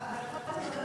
אבל קודם לא